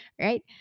right